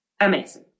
Amazing